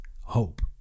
hope